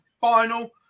final